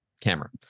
camera